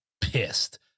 pissed